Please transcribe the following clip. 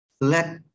let